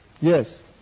Yes